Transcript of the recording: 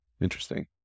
Interesting